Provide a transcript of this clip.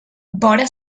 vora